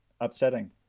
upsetting